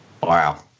Wow